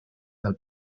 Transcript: del